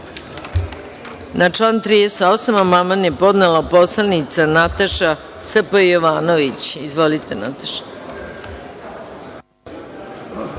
član 38. amandman je podnela poslanica Nataša Sp. Jovanović. Izvolite. **Nataša